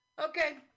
Okay